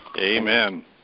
Amen